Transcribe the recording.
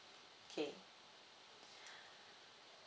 okay